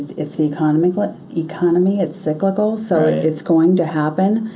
it's the economy but economy it's cyclical, so it's going to happen.